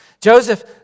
Joseph